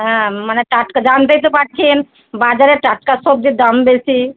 হ্যাঁ মানে টাটকা জানতেই তো পারছেন বাজারে টাটকা সবজির দাম বেশি